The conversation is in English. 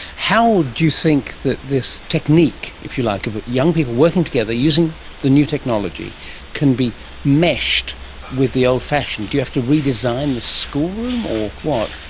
how do you think that this technique, if you like, of young people working together using the new technology can be meshed with the old-fashioned? do you have to redesign the schoolroom or what?